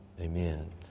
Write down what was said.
amen